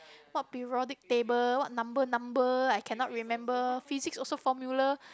what periodic table what number number I cannot remember physics also formula